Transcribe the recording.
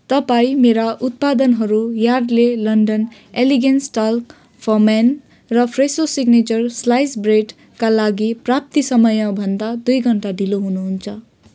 तपाईँ मेरा उत्पादनहरू Yardley London Elegance talc for men र फ्रेसो सिग्नेचर स्लाइस्ड ब्रेडका लागि प्राप्ति समयभन्दा दुई घन्टा ढिलो हुनुहुन्छ